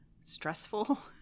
stressful